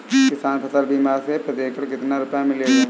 किसान फसल बीमा से प्रति एकड़ कितना रुपया मिलेगा?